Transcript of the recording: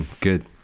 good